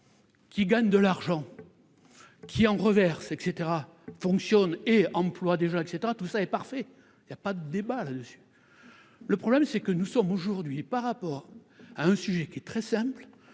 Qui gagne de l'argent qui en reverse et cetera fonctionne et emploie des etc tout ça est parfait, il y a pas de débat là-dessus, le problème c'est que nous sommes aujourd'hui par rapport à un sujet qui est très simple,